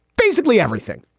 basically everything.